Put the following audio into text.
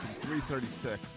336